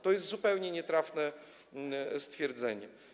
To jest zupełnie nietrafne stwierdzenie.